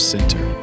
Center